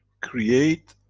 create